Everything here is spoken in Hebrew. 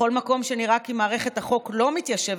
בכל מקום שנראה כי מערכת החוק לא מתיישבת